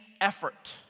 effort